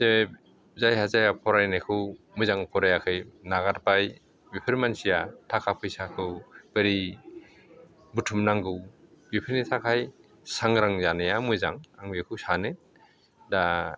जे जायहा जायहा फरायनायखौ मोजां फरायाखै नागारबाय बेफोर मानसिया थाखा फैसाखौ बोरै बुथुमनांगौ बेफोरनि थाखाय सांग्रां जानाया मोजां आं बेखौ सानो दा